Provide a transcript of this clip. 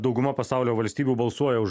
dauguma pasaulio valstybių balsuoja už